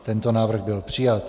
Tento návrh byl přijat.